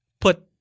Put